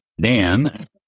Dan